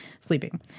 sleeping